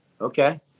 Okay